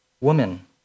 Woman